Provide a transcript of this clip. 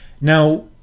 Now